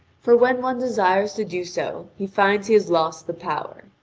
for when one desires to do so, he finds he has lost the power.